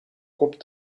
kop